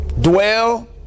Dwell